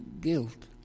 guilt